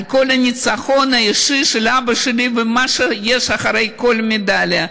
על כל הניצחון האישי של אבא שלי ומה יש מאחורי כל מדליה.